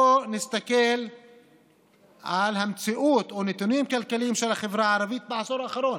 בוא נסתכל על המציאות ועל נתונים כלכליים של החברה הערבית בעשור האחרון.